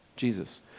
Jesus